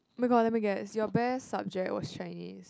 oh my god let me guess your best subject was Chinese